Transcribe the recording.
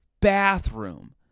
bathroom